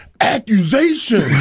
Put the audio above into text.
Accusation